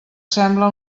sembla